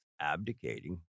abdicating